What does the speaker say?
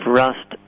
rust